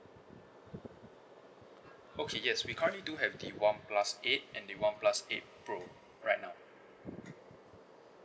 okay yes we currently do have the one plus eight and the one plus eight pro right now